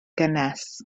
gynnes